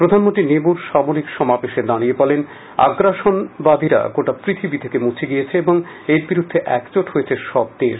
প্রধানমন্ত্রী নিমুর সামরিক সমাবেশে দাঁড়িয়ে বলেন আগ্রাসনবাদীরা গোটা পৃথিবী থেকে মুছে গিয়েছে এবং এর বিরুদ্ধে একজোট হয়েছে সব দেশ